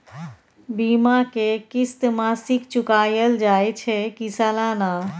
बीमा के किस्त मासिक चुकायल जाए छै की सालाना?